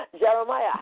Jeremiah